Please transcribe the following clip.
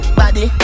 body